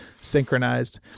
synchronized